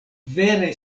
vere